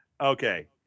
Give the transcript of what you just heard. Okay